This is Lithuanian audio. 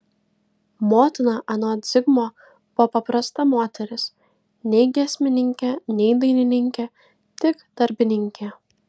motina anot zigmo buvo paprasta moteris nei giesmininkė nei dainininkė tik darbininkė